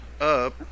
up